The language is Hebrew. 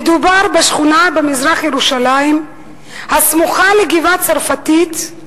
מדובר בשכונה במזרח-ירושלים הסמוכה לגבעה-הצרפתית,